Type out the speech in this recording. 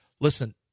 Listen